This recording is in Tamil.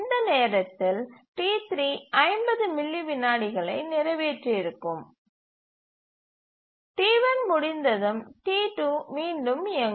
இந்த நேரத்தில் T3 50 மில்லி விநாடிகளை நிறைவேற்றியிருக்கும் T1 முடிந்ததும் T2 மீண்டும் இயக்கும்